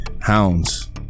Hounds